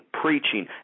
preaching